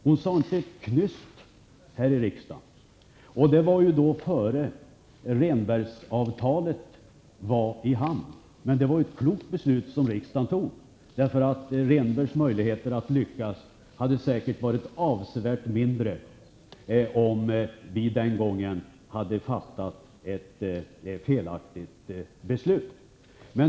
Hon sade inte ett knyst. Det var innan Rehnbergsavtalet var i hamn. Men riksdagen fattade ett klokt beslut. Rehnbergs möjligheter att lyckas hade säkert varit avsevärt mindre om vi den gången hade fattat ett felaktigt beslut.